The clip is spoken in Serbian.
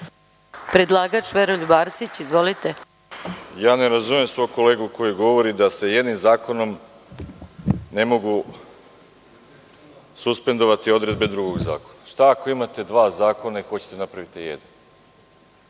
Arsić. **Veroljub Arsić** Ne razumem svog kolegu koji govori da se jednim zakonom ne mogu suspendovati odredbe drugog zakona. Šta ako imate dva zakona i hoćete da napravite jedan?